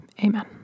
Amen